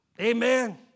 Amen